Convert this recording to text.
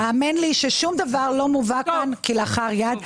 האמן לי ששום דבר לא מובא פה כלאחר יד.